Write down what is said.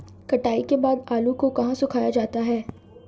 कटाई के बाद आलू को कहाँ सुखाया जाता है?